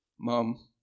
Mom